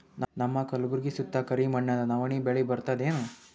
ನಮ್ಮ ಕಲ್ಬುರ್ಗಿ ಸುತ್ತ ಕರಿ ಮಣ್ಣದ ನವಣಿ ಬೇಳಿ ಬರ್ತದೇನು?